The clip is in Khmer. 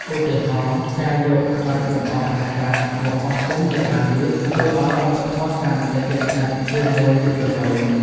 ឧទាហរណ៍ ការយក ក្បាច់លម្អប្រាសាទ មកបោះពុម្ពលើអាវយឺត ធ្វើឱ្យវប្បធម៌កាន់តែជិតស្និទ្ធជាមួយយុវវ័យ។